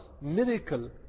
miracle